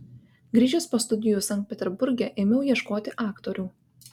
grįžęs po studijų sankt peterburge ėmiau ieškoti aktorių